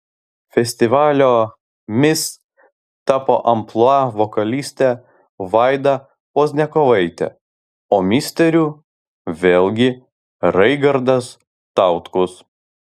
festivalio mis tapo amplua vokalistė vaida pozniakovaitė o misteriu vėlgi raigardas tautkus